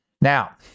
Now